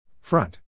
Front